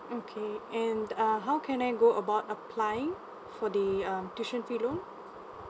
okay and uh how can I go about applying for the um tuition fee loan